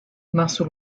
muscle